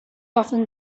often